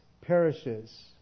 perishes